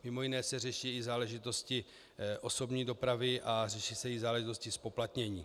Mimo jiné se řeší i záležitosti osobní dopravy a řeší se i záležitosti zpoplatnění.